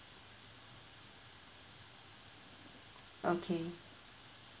okay